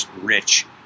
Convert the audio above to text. rich